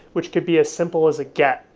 which could be as simple as a get.